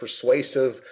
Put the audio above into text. persuasive